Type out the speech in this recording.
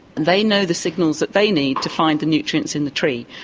they know the signals that they need to find the nutrients in the tree.